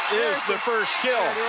is the first kill.